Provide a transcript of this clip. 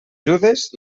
judes